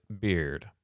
beard